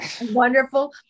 wonderful